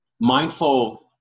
mindful